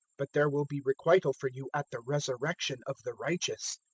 but there will be requital for you at the resurrection of the righteous.